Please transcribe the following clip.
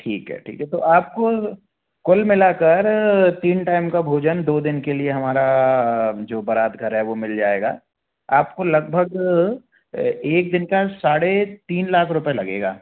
ठीक है ठीक है तो आपको कुल मिलाकर तीन टाइम का भोजन दो दिन के लिए हमारा जो बारात घर है वह मिल जाएगा आपको लगभग एक दिन का साढ़े तीन लाख रुपए लगेगा